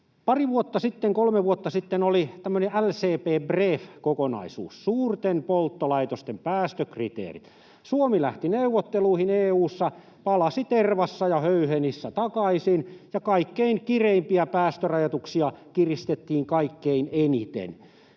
Pari kolme vuotta sitten oli tämmöinen LCB BREF ‑kokonaisuus, suurten polttolaitosten päästökriteerit. Suomi lähti neuvotteluihin EU:ssa, palasi tervassa ja höyhenissä takaisin, ja kaikkein kireimpiä päästörajoituksia kiristettiin kaikkein eniten.